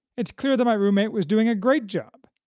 it's clear that my roommate was doing a great job.